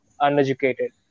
uneducated